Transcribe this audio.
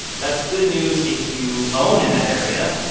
that's good news if you own in that area.